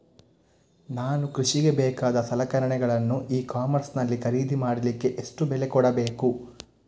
ನಾನು ಕೃಷಿಗೆ ಬೇಕಾದ ಸಲಕರಣೆಗಳನ್ನು ಇ ಕಾಮರ್ಸ್ ನಲ್ಲಿ ಖರೀದಿ ಮಾಡಲಿಕ್ಕೆ ಎಷ್ಟು ಬೆಲೆ ಕೊಡಬೇಕು?